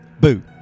Boo